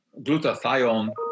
glutathione